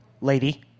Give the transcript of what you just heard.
lady